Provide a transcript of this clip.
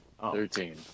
Thirteen